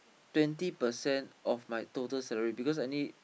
twenty percent of my total salary because I need